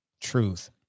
truth